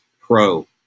pro